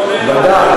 ודאי,